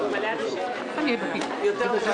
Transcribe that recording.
כן?